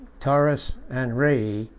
tauris, and rei,